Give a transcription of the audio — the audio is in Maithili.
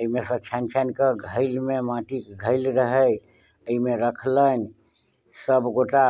एहिमे सऽ छानि छानि कऽ घैलमे माटीके घैल रहै ओहिमे रखलनि सब गोटा